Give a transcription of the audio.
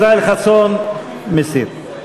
ישראל חסון, מסיר.